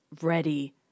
ready